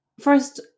first